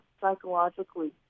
psychologically